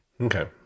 Okay